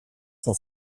sont